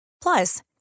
Plus